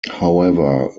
however